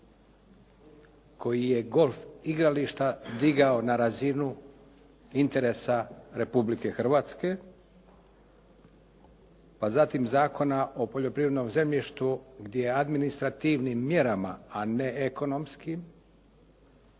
koji je golf igrališta digao na razinu interesa Republike Hrvatske, pa zatim Zakona o poljoprivrednom zemljištu gdje administrativnim mjerama, a ne ekonomskim